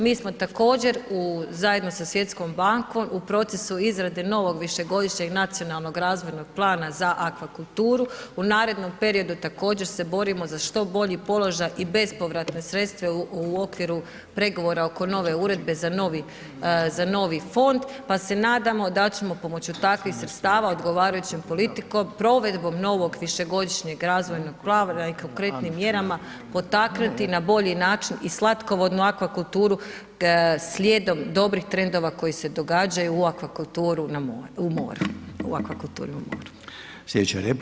Mi smo također zajedno sa Svjetskom bankom u procesu izrade novog višegodišnjeg nacionalnog razvojnog plana za Akvakulturu u narodnom periodu također se borimo za što bolji položaj i bespovratna sredstva u okviru pregovora oko nove uredbe za novi fond, pa se nadamo da ćemo pomoću takvih sredstava odgovarajućom politikom, provedbom novog višegodišnjeg razvojnog plana i konkretnim mjerama, potaknuti na bolji način i slatkovodnu Akvakulturu slijedom dobrih trendova koji se događaju, u Akvakulturu u moru.